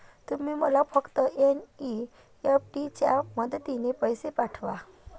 तुम्ही मला फक्त एन.ई.एफ.टी च्या मदतीने पैसे पाठवा